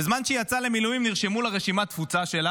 בזמן שהיא יצאה למילואים נרשמו לרשימת התפוצה שלה,